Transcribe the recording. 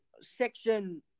section